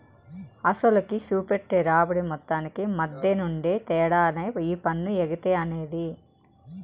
అసలుకి, సూపెట్టే రాబడి మొత్తానికి మద్దెనుండే తేడానే ఈ పన్ను ఎగేత అనేది